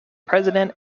president